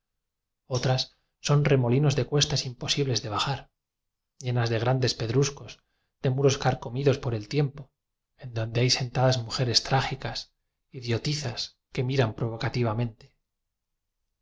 otras son remolinos de cues tas imposibles de bajar llenas de grandes pedruscos de muros carcomidos por el tiem po en donde hay sentadas mujeres trágicas idiotizas que miran provocativamente